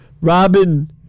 Robin